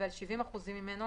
ועל 70% ממנו,